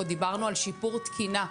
עוד דיברנו על שיפור תקינה,